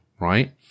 right